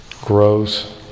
grows